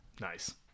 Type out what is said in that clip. Nice